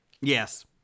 Yes